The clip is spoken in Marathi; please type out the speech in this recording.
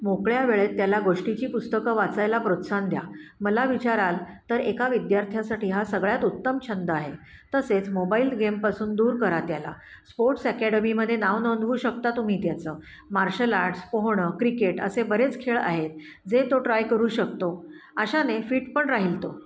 मोकळ्या वेळेत त्याला गोष्टीची पुस्तकं वाचायला प्रोत्साहन द्या मला विचाराल तर एका विद्यार्थ्यासाठी हा सगळ्यात उत्तम छंद आहे तसेच मोबाईल गेमपासून दूर करा त्याला स्पोट्स ॲकॅडमीमध्ये नाव नोंदवू होऊ शकता तुम्ही त्याचं मार्शल आट्स पोहणं क्रिकेट असे बरेच खेळ आहेत जे तो ट्राय करू शकतो अशाने फिट पण राहील तो